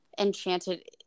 Enchanted